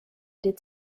did